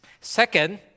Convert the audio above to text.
Second